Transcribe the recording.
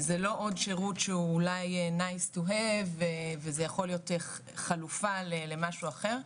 זה לא עוד שירות שאולי nice to have וזה יכול להיות חלופה למשהו אחר,